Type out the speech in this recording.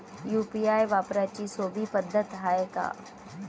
UPI वापराची सोपी पद्धत हाय का?